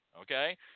okay